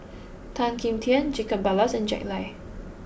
Tan Kim Tian Jacob Ballas and Jack Lai